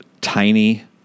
tiny